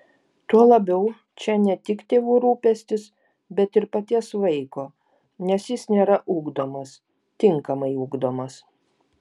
tuo labiau čia ne tik tėvų rūpestis bet ir paties vaiko nes jis nėra ugdomas tinkamai ugdomas